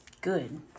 Good